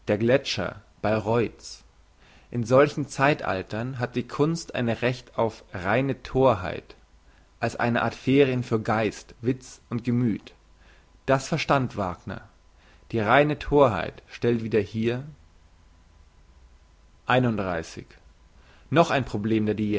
gletscher bayreuth's in solchen zeitaltern hat die kunst ein recht auf reine thorheit als eine art ferien für geist witz und gemüth das verstand wagner die reine thorheit stellt wieder her noch ein problem der